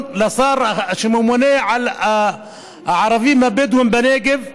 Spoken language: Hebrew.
לשר שממונה על הערבים הבדואים בנגב,